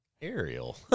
Ariel